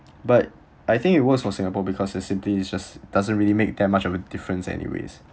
but I think it works for singapore because it simply is just doesn't really make much of a difference anyways